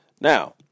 now